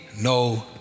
no